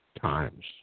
times